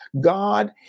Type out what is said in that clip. God